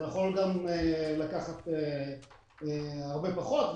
זה יכול לקחת גם הרבה פחות,